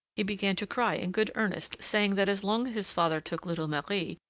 he began to cry in good earnest, saying that as long as his father took little marie,